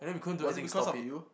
was it because of you